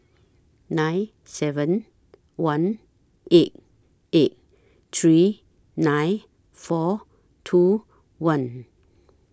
nine seven one eight eight three nine four two one